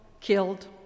killed